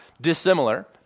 dissimilar